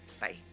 bye